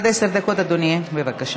עד עשר דקות, אדוני, בבקשה.